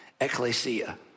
ecclesia